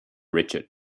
richard